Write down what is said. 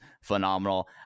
phenomenal